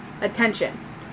attention